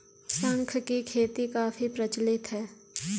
शंख की खेती काफी प्रचलित है